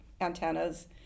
antennas